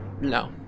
No